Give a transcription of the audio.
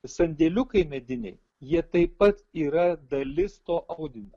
sandėliukai mediniai jie taip pat yra dalis to audinio